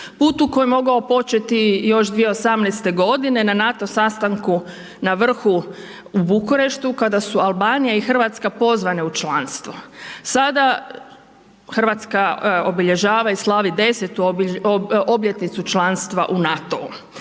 putu koji je mogao početi još 2018.g. na NATO sastanku na vrhu u Bukureštu kada su Albanija i RH pozvane u članstvo. Sada RH obilježava i slavi 10.-tu obljetnicu članstva u NATO-u.